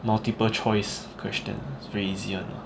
multiple choice question is very easy [one] lah